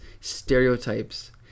stereotypes